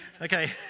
Okay